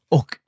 Och